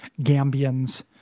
gambians